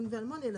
זה,